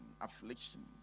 affliction